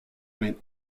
went